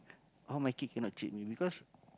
all my kid cannot cheat me because